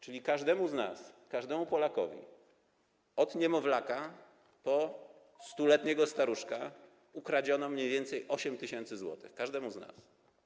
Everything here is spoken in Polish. Czyli każdemu z nas, każdemu Polakowi, od niemowlaka po 100-letniego staruszka, ukradziono mniej więcej 8 tys. zł, każdemu z nas.